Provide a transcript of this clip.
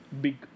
big